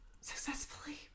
successfully